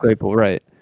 right